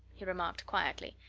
he remarked quietly.